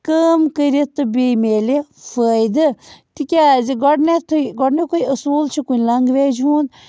کٲم کٔرِتھ تہٕ بیٚیہِ میلہِ فٲیدٕ تِکیٛازِ گۄڈنٮ۪تھٕے گۄڈٕنیُکے اصوٗل چھُ کُنہِ لنٛگویج ہُنٛد